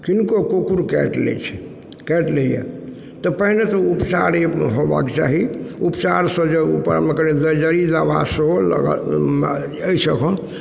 किनको कुकुर काटि लैत छै काटि लै यऽ तऽ पहिनेसँ उपचार होबाक चाही उपचारसँ जे उपाय